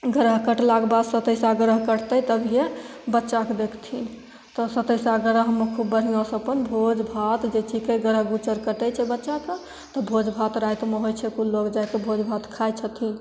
ग्रह कटलाके बाद सतैसा ग्रह कटतै तभिए बच्चाके देखथिन तऽ सतैसा ग्रहमे खूब बढ़िआँसे अपन भोज भात जे छिकै ग्रह गोचर कटै छै बच्चाके तऽ भोज भात रातिमे होइ छै कुल लोक जाके भोज भात खाइ छथिन